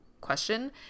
question